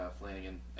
Flanagan